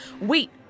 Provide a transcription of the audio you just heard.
Wait